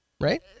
Right